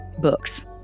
books